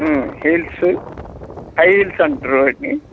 heels high heels అంట రోడ్ని